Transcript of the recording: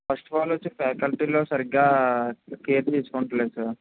first of all వచ్చి ఫ్యాకల్టీలో సరిగా కేర్ తీసుకోటం లేదు సార్